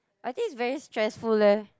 I think it's very stressful leh